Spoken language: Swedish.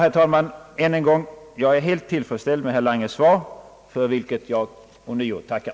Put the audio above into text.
Än en gång, herr talman: Jag är helt tillfredsställd med herr Langes svar, för vilket jag ånyo tackar.